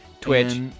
Twitch